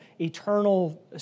eternal